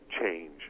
change